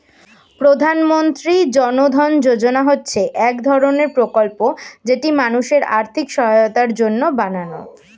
প্রধানমন্ত্রী জন ধন যোজনা হচ্ছে এক ধরণের প্রকল্প যেটি মানুষের আর্থিক সহায়তার জন্য বানানো